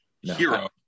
Hero